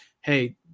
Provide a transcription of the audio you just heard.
Hey